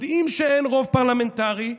יודעים שאין רוב פרלמנטרי,